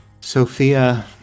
Sophia